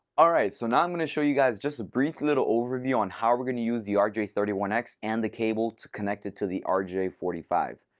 all right, so now i'm going to show you guys just a brief little overview on how we're going to use the r j three one x and the cable to connect it to the r j four five.